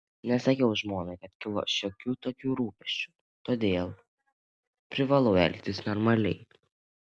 nesakiau žmonai kad kilo šiokių tokių rūpesčių todėl privalau elgtis normaliai